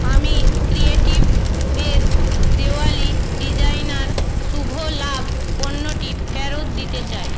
আমি creative space Diwali designer Shubh Labh পণ্যটি ফেরত দিতে চাই